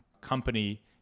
company